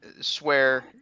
swear